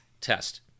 test